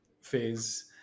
phase